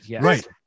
Right